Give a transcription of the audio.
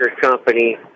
company